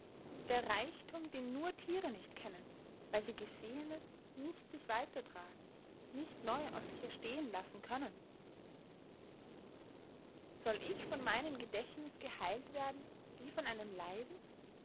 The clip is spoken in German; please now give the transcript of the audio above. der reichtum den nur tiere nicht kennen weil sie geschehenes nicht in sich weitertragen nicht neu aus sich erstehen lassen können soll ich von meinem gedächtnis geheilt werden wie von einem leiden